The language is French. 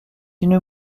une